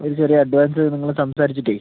ഒര് ചെറിയ അഡ്വാൻസ് നിങ്ങള് സംസാരിച്ചിട്ടെ